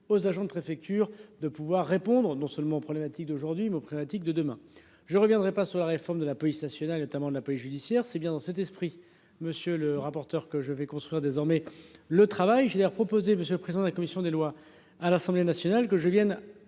aux agents de préfecture de pouvoir répondre non seulement aux problématiques d'aujourd'hui mot pragmatique de demain. Je ne reviendrai pas sur la réforme de la police nationale, notamment de la police judiciaire. C'est bien dans cet esprit. Monsieur le rapporteur, que je vais construire désormais le travail j'ai d'ailleurs proposé, monsieur le président de la commission des lois à l'Assemblée nationale que je vienne